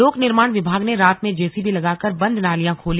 लोक निर्माण विभाग ने रात में जेसीबी लगाकर बंद नालियां खोली